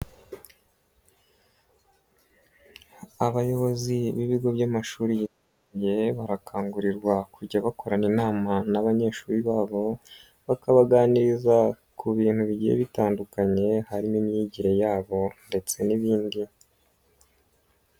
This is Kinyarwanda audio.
Abayobozi b'ibigo by'amashuri yisumbuye barakangurirwa kujya bakorana inama n'abanyeshuri babo bakabaganiriza ku bintu bigiye bitandukanye harimo imyigire yabo ndetse n'ibindi.